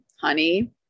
honey